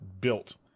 built